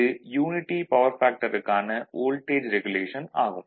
இது unity power ஃபேக்டருக்கான voltage regulation ஆகும்